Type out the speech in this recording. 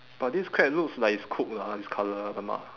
but this crab looks like it's cooked lah this colour !alamak!